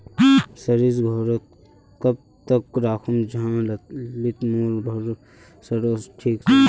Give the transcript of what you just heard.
सरिस घोरोत कब तक राखुम जाहा लात्तिर मोर सरोसा ठिक रुई?